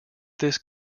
this